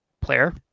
player